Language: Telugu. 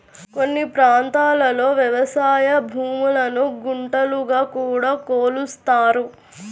కొన్ని ప్రాంతాల్లో వ్యవసాయ భూములను గుంటలుగా కూడా కొలుస్తారు